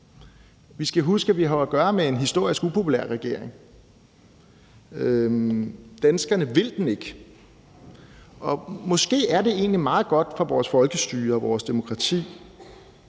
Vi skal huske, at vi jo har at gøre med en historisk upopulær regering. Danskerne vil den ikke. Og måske er det egentlig meget godt for vores folkestyre og vores demokrati,